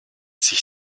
sich